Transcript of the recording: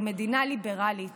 היא מדינה ליברלית